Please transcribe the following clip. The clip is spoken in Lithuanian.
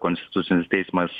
konstitucinis teismas